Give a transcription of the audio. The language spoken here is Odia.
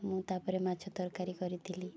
ମୁଁ ତା'ପରେ ମାଛ ତରକାରୀ କରିଥିଲି